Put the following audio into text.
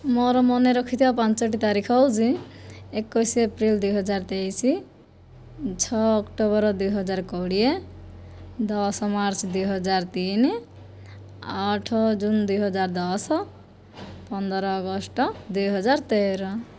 ମୋର ମନେ ରଖିଥିବା ପାଞ୍ଚୋଟି ତାରିଖ ହେଉଛି ଏକୋଇଶ ଏପ୍ରିଲ୍ ଦୁଇ ହଜାର ତେଇଶ ଛଅ ଅକ୍ଟୋବର ଦୁଇ ହଜାର କୋଡ଼ିଏ ଦଶ ମାର୍ଚ୍ଚ ଦୁଇ ହଜାର ତିନି ଆଠ ଜୁନ୍ ଦୁଇ ହଜାର ଦଶ ପନ୍ଦର ଅଗଷ୍ଟ ଦୁଇ ହଜାର ତେର